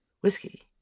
whiskey